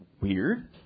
weird